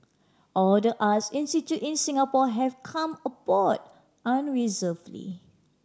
all the arts institute in Singapore have come aboard unreservedly